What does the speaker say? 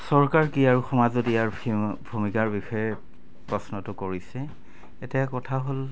চৰকাৰ কি আৰু সমাজত ইয়াৰ ভূমিকাৰ বিষয়ে প্ৰশ্নটো কৰিছে এতিয়া কথা হ'ল